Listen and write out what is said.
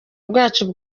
bwacu